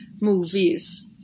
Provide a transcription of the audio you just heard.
movies